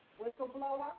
whistleblower